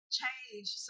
change